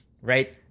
right